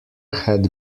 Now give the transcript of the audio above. had